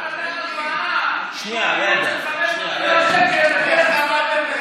אז הוא נתן הלוואה של 500 מיליון שקל, איך עמדתם,